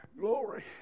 Glory